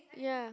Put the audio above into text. yeah